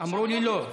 אמרו לי לא.